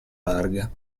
larga